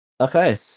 Okay